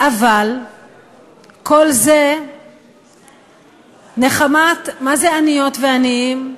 אבל כל זה נחמת, מה זה עניות ועניים?